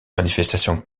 manifestations